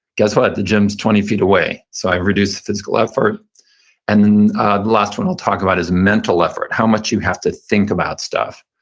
guess what, the gym is twenty feet away, so i've reduced physical effort the and last one i'll talk about is mental effort, how much you have to think about stuff.